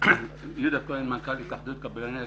יהודה כהן, מנכ"ל התאחדות קבלני השיפוצים.